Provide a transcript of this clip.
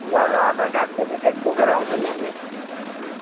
ल ल Aadhaar card voter card बोकेर आउँछ नि हामी